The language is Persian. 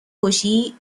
کشی